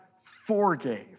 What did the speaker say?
forgave